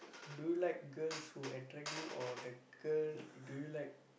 do you like girls who attract you or the girl do you like